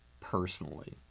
personally